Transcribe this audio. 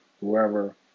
whoever